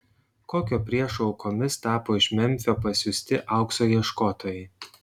kokio priešo aukomis tapo iš memfio pasiųsti aukso ieškotojai